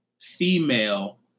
female